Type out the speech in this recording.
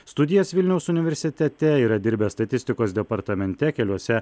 studijas vilniaus universitete yra dirbęs statistikos departamente keliuose